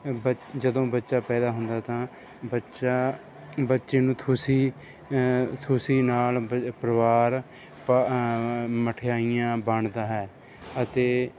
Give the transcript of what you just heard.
ਬੱ ਜਦੋਂ ਬੱਚਾ ਪੈਦਾ ਹੁੰਦਾ ਤਾਂ ਬੱਚਾ ਬੱਚੇ ਨੂੰ ਖੁਸ਼ੀ ਖੁਸ਼ੀ ਨਾਲ ਪਰਿਵਾਰ ਮਠਿਆਈਆਂ ਵੰਡਦਾ ਹੈ ਅਤੇ